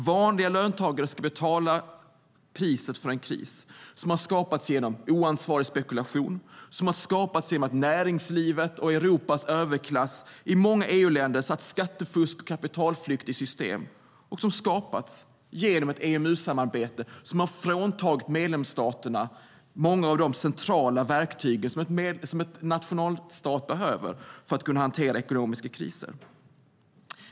Vanliga löntagare ska betala priset för en kris som har skapats genom oansvarig spekulation, som har skapats genom att näringslivet och Europas överklass i många EU-länder satt skattefusk och kapitalflykt i system och som har skapats genom ett EMU-samarbete som har fråntagit medlemsstaterna många av de centrala verktyg som en nationalstat behöver för att kunna hantera ekonomiska kriser.